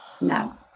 no